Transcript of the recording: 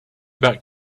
back